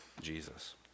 Jesus